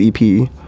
EP